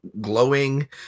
glowing